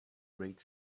great